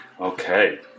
Okay